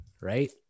Right